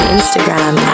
Instagram